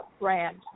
brand